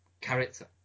character